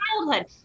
childhood